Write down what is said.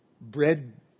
Bread